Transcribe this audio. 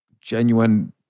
genuine